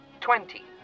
twenty